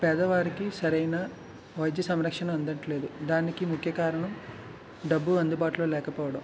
పేదవారికి సరైన వైద్య సంరక్షణ అందట్లేదు దానికి ముఖ్య కారణం డబ్బు అందుబాటులో లేకపోవడం